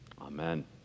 Amen